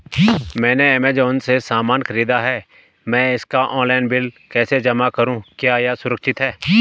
मैंने ऐमज़ान से सामान खरीदा है मैं इसका ऑनलाइन बिल कैसे जमा करूँ क्या यह सुरक्षित है?